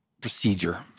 procedure